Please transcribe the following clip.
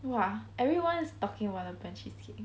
!wah! everyone is talking about the burnt cheesecake